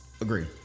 Agree